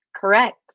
correct